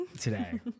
today